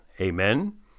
Amen